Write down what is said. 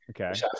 Okay